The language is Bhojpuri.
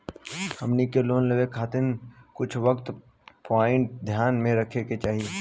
हमनी के लोन लेवे के वक्त कुछ प्वाइंट ध्यान में रखे के चाही